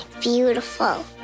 Beautiful